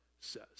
says